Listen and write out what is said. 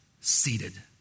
seated